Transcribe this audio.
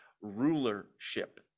Rulership